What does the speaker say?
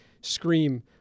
scream